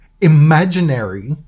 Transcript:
imaginary